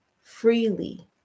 freely